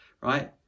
right